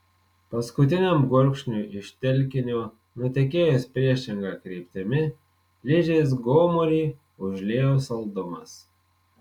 paskutiniam gurkšniui iš telkinio nutekėjus priešinga kryptimi ližės gomurį užliejo saldumas